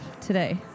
today